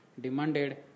demanded